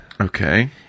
Okay